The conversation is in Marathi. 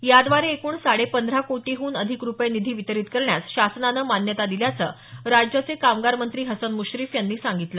याद्वारे एकूण साडेपंधरा कोटींहून अधिक रुपये निधी वितरीत करण्यास शासनानं मान्यता दिल्याचं राज्याचे कामगारमंत्री हसन मुश्रीफ यांनी सांगितलं